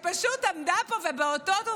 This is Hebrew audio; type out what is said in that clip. אורית גלאון.